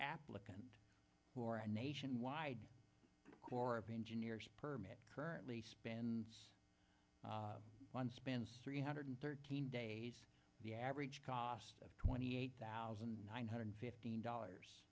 applicant for a nationwide corps of engineers permit currently spends one spends three hundred thirteen days the average cost of twenty eight thousand nine hundred fifteen dollars